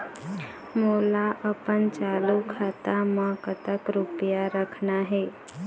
मोला अपन चालू खाता म कतक रूपया रखना हे?